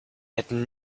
hätten